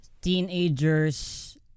teenagers